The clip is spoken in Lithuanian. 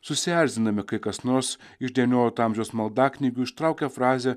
susierziname kai kas nors iš devyniolikto amžiaus maldaknygių ištraukia frazę